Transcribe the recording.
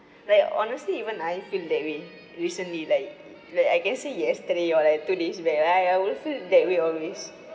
like honestly even I feel that way recently like like I can say yesterday or like two days back I I will feel that way always